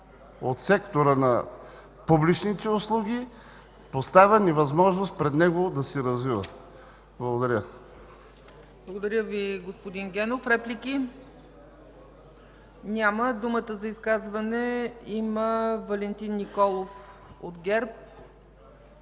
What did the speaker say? от сектора на публичните услуги, поставяне невъзможност пред него да се развива. Благодаря. ПРЕДСЕДАТЕЛ ЦЕЦКА ЦАЧЕВА: Благодаря Ви, господин Генов. Реплики? Няма. Думата за изказване има Валентин Николов от ГЕРБ.